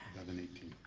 eleven eighteen.